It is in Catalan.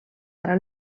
ara